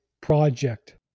project